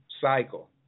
cycle